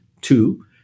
Two